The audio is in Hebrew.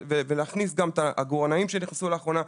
ולהכניס גם את העגורנאים שנכנסו לאחרונה,